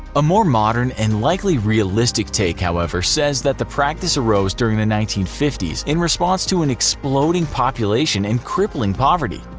a more modern and likely realistic take however says that the practice arose during the nineteen fifty s in response to an exploding population and crippling poverty.